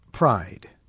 pride